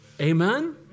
Amen